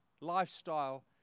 lifestyle